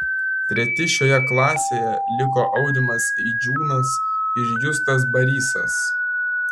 treti šioje klasėje liko aurimas eidžiūnas ir justas barysas